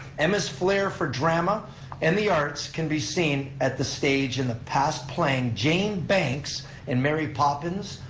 emma's flair for drama and the arts can be seen at the stage in the past playing jane banks in mary poppins,